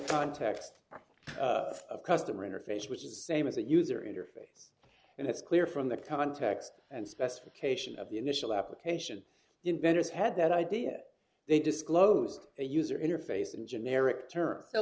context of customer interface which is the same as a user interface and it's clear from the context and specification of the initial application inventors had that idea they disclosed a user interface in generic terms so